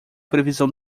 previsão